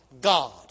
God